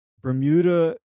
Bermuda